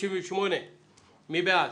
הצבעה בעד,